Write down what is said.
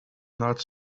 not